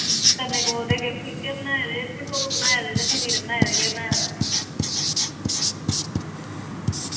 कन्नै ओह्देकेह् फुलकै बनाये दे भठोरू बनाए दे खमीरे बनाए दे केह् बनाए दा